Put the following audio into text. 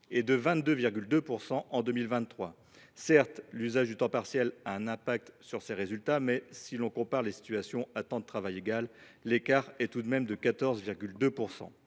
et de 22,2 % en 2023. Certes, l’usage du temps partiel a un impact sur ces résultats, mais, si l’on compare les situations à temps de travail égal, l’écart est tout de même de 14,2 %.